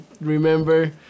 remember